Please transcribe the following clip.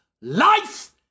life